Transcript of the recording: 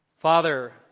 Father